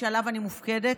שעליו אני מופקדת,